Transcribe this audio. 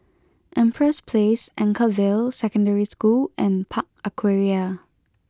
Empress Place Anchorvale Secondary School and Park Aquaria